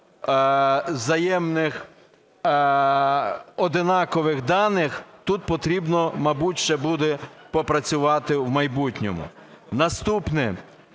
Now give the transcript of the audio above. взаємних однакових даних, тут потрібно, мабуть, ще буде попрацювати в майбутньому. Наступне.